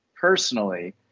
personally